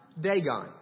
Dagon